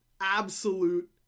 absolute